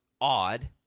odd